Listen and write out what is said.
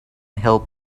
help